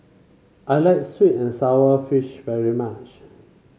I like sweet and sour fish very much